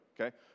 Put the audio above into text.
okay